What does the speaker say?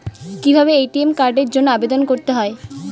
কিভাবে এ.টি.এম কার্ডের জন্য আবেদন করতে হয়?